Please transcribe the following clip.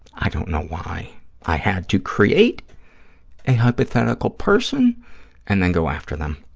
i don't know why i had to create a hypothetical person and then go after them.